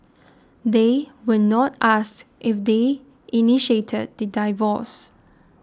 they were not asked if they initiated the divorce